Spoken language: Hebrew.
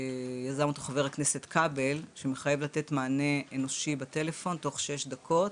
שיזם אותו חבר הכנסת כבל שמחייב לתת מענה אנושי בטלפון בתוך שש דקות